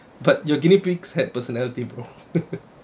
but your guinea pigs had personality bro